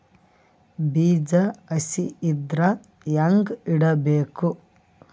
ಬೀಜ ಹಸಿ ಇದ್ರ ಹ್ಯಾಂಗ್ ಇಡಬೇಕು?